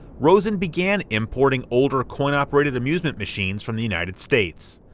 rosen began importing older coin-operated amusement machines from the united states,